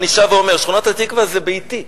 ואני שב ואומר ששכונת התקווה זה ביתי,